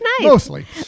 mostly